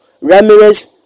Ramirez